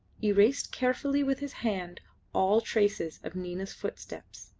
erased carefully with his hand all traces of nina's footsteps.